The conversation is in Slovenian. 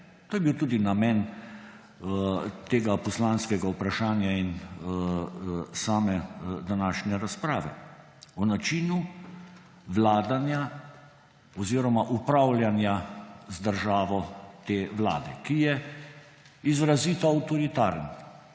to je bil tudi namen tega poslanskega vprašanja in same današnje razprave − o načinu vladanja oziroma upravljanja z državo te vlade, ki je izrazito avtoritarna,